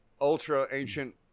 ultra-ancient